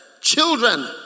Children